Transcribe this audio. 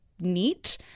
neat